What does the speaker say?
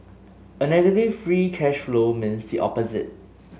a negative free cash flow means the opposite